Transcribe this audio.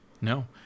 No